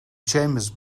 chambers